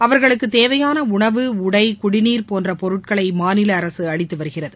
அவர்களுக்கு தேவையாள உணவு உடை குடிநீர் போன்ற பொருட்களை மாநில அரசு அளித்து வருகிறது